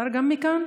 אפשר גם מכאן?